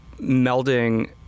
melding